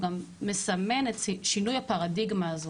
מסמן את שינוי הפרדיגמה הזאת,